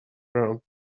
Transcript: around